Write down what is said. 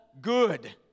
good